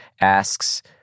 asks